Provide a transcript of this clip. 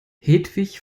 hedwig